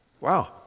wow